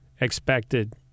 expected